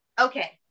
Okay